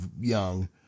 young